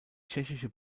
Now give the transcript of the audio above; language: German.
tschechische